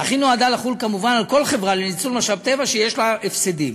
אך היא נועדה לחול כמובן על כל חברה לניצול משאב טבע שיש לה הפסדים.